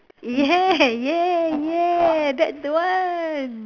yeah yeah yeah that's the one